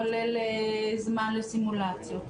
כולל זמן לסיומלציות.